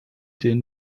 den